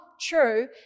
true